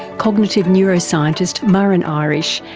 cognitive neuroscientist muireann ah irish,